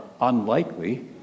unlikely